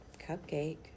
cupcake